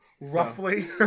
Roughly